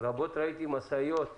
רבות ראיתי משאיות זרוקות,